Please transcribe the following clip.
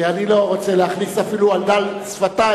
אני לא רוצה להעלות אפילו על דל שפתי